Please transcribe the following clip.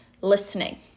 listening